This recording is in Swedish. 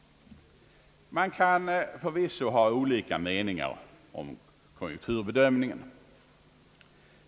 Man kan förvisso ha olika meningar om konjunkturbedömningen.